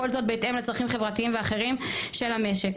כל זאת בהתאם לצרכים חברתיים ואחרים של המשק.